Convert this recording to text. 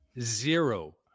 Zero